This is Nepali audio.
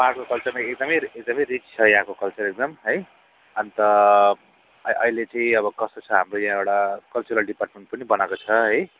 पाहाडको कल्चरमा एकदमै एकदमै रिच छ यहाँको कल्चर है अन्त आ अहिले चाहिँ अब कस्तो छ हाम्रो यहाँ एउटा कल्चरल डिपार्टमेन्ट पनि बनाएको छ है